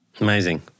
Amazing